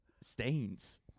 Stains